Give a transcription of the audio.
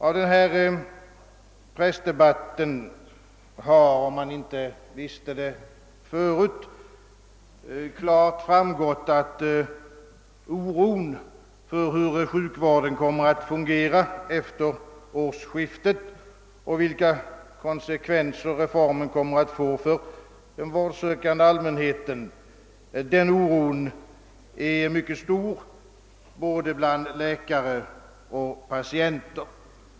Av denna pressdebatt har — om man nu inte visste det förut — klart framgått, att oron för hur sjukvården kommer att fungera efter årsskiftet och vilka konsekvenser reformen kommer att få för den vårdsökande allmänheten är mycket stor bland både läkare och patienter.